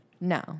No